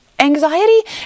Anxiety